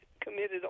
committed